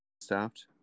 Stopped